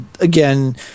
again